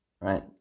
right